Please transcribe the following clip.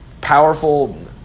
powerful